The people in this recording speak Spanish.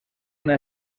una